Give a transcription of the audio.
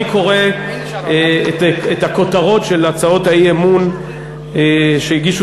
אני קורא את הכותרות של הצעות האי-אמון שהגישו